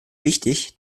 wichtig